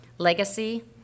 legacy